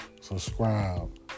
subscribe